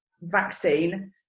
vaccine